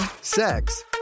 sex